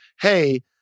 hey